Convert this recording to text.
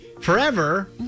forever